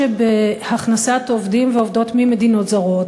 שבהכנסת עובדים ועובדות ממדינות זרות,